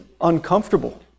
uncomfortable